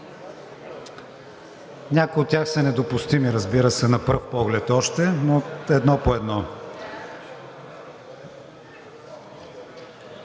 Някои от тях са недопустими, разбира се, на пръв поглед още, но едно по едно.